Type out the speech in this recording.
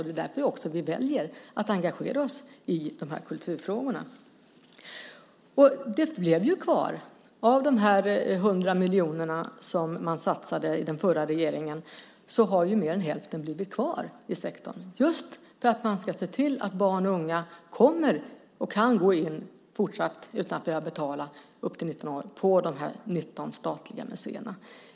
Det är därför vi väljer att engagera oss i kulturfrågorna. Av de 100 miljoner som den förra regeringen satsade har mer än hälften blivit kvar i sektorn, just för att se till att barn och unga upp till 19 års ålder fortsatt kan besöka de 19 statliga museerna utan att betala.